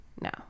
No